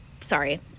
sorry